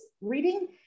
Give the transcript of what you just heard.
reading